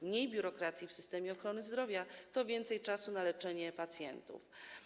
Mniej biurokracji w systemie ochrony zdrowia to więcej czasu na leczenie pacjentów.